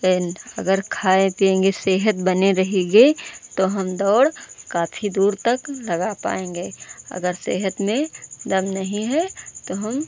and अगर खाए पिएंगे सेहत बनी रहेगी तो हम दौड़ काफी दूर तक लगा पाएंगे अगर सेहत में दम नहीं है तो हम